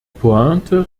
pointe